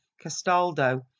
Castaldo